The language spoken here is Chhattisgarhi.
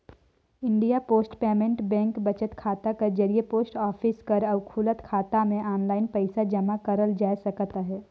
इंडिया पोस्ट पेमेंट बेंक बचत खाता कर जरिए पोस्ट ऑफिस कर अउ खुलल खाता में आनलाईन पइसा जमा करल जाए सकत अहे